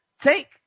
Take